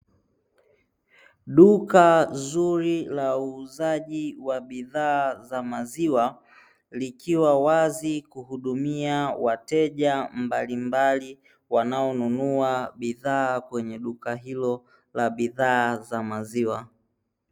Duka zuri la uuzaji wa bidhaa za maziwa, likiwa wazi kuhudumia wateja mbalimbali wanaonunua bidhaa kwenye duka hilo la bidhaa za maziwa.